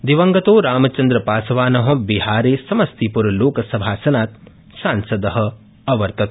दिवंगतो रामचन्द्रपासवान बिहारे समस्तीपूर लोकसभासनात् सांसद अवर्तत